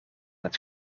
het